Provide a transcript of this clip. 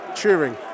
cheering